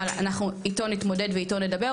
אבל אנחנו איתו נתמודד ואיתו נדבר,